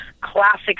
classic